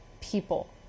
people